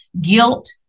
guilt